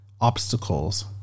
obstacles